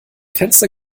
fenster